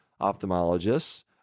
ophthalmologists